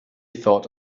thought